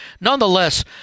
nonetheless